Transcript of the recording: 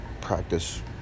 practice